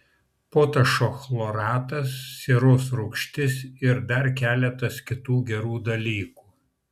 potašo chloratas sieros rūgštis ir dar keletas kitų gerų dalykų